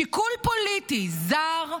שיקול פוליטי זר,